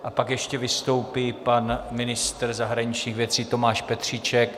A pak ještě vystoupí pan ministr zahraničních věcí Tomáš Petříček.